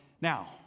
now